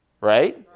Right